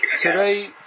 today